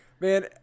Man